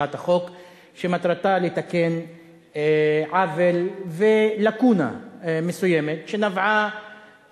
הצעת החוק שמטרתה לתקן עוול ולקונה מסוימת שנבעה